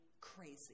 crazy